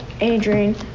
Adrian